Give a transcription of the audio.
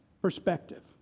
perspective